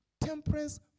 temperance